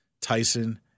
Tyson